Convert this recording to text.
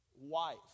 wife